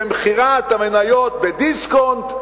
זה מכירת המניות בדיסקונט,